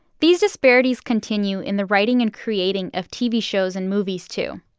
these disparities continue in the writing and creating of tv shows and movies, too.